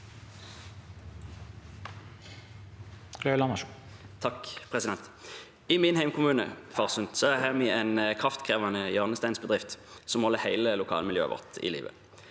I min hjemkommune, Farsund, har vi en kraftkrevende hjørnesteinsbedrift som holder hele lokalmiljøet vårt i live.